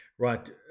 right